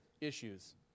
issues